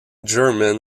german